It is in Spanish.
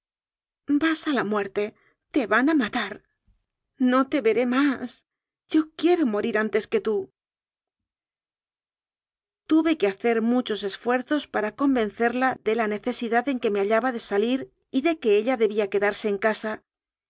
vas a la muerte te van a matar no te veré más yo quiero morir antes que tú tuve que hacer muchos esfuerzos para convencerla de la necesidad en que me hallaba de salir y de que ella debía quedarse en casa